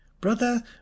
brother